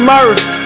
Murph